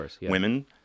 women